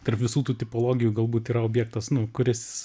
tarp visų tų tipologijų galbūt yra objektas nu kuris